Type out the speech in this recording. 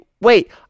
wait